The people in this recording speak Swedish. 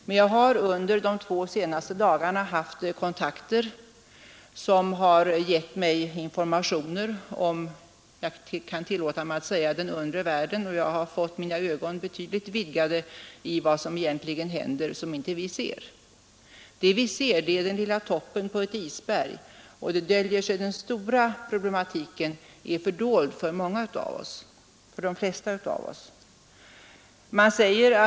Men jag har under de senaste två dagarna haft kontakter, som gett mig informationer om den s.k. undre världen, och jag har i betydligt högre grad fått klart för mig vad som egentligen händer och som vi inte ser. Vad vi ser är den lilla toppen av ett isberg. Den stora problematiken är fördold för de flesta av oss.